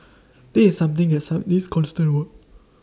this is something that needs constant work